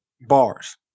bars